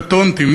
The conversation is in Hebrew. קטונתי,